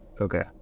Okay